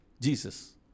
Jesus